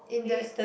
in the